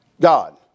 God